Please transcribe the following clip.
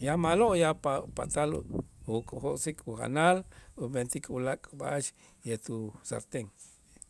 ya ma'lo' ya pa- patal ukojok'sik ujanal umentik ulaak' b'a'ax yetu sartén.